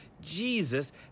Jesus